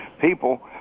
people